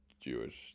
Jewish